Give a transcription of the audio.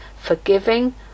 forgiving